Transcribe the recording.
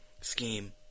scheme